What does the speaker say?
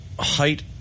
height